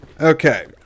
Okay